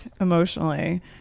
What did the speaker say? emotionally